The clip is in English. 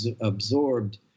absorbed